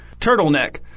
Turtleneck